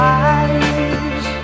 eyes